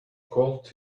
called